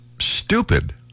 stupid